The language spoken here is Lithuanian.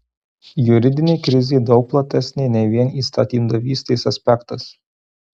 juridinė krizė daug platesnė nei vien įstatymdavystės aspektas